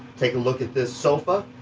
take a look at this sofa.